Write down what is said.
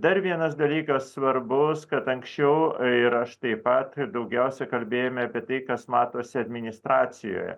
dar vienas dalykas svarbus kad anksčiau ir aš taip pat daugiausia kalbėjome apie tai kas matosi administracijoje